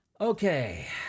Okay